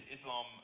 Islam